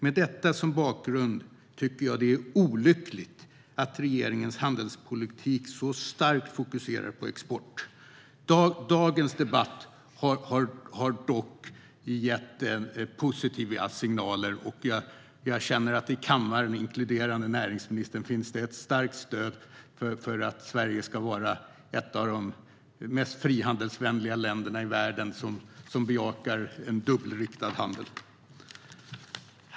Med detta som bakgrund tycker jag att det är olyckligt att regeringens handelspolitik så starkt fokuserar på export. Dagens debatt har dock gett positiva signaler. Jag känner att det i kammaren, inkluderande näringsministern, finns ett starkt stöd för att Sverige ska vara ett av de mest frihandelsvänliga länderna i världen, som bejakar en dubbelriktad handel.